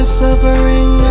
suffering